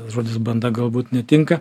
žodis banda galbūt netinka